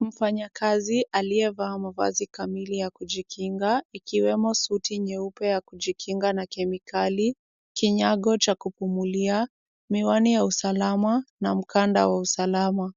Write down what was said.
Mfanyakazi aliyevaa mavazi rasmi ya kujikinga ikiwemo suti nyeupe ya kujikinga na kemikali, kinyagocha kupumulia, miwani ya usalama na mkanda ya usalama,